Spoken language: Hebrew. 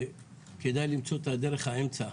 כדאי למצוא את דרך האמצע.